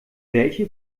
welche